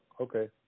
Okay